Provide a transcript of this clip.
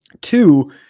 two